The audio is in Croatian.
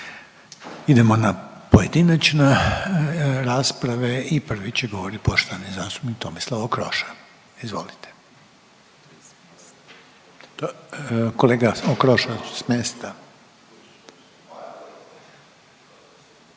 Idemo na pojedinačne rasprave i prvi će govorit poštovani zastupnik Tomislav Okroša, izvolite. Kolega Okroša s mjesta.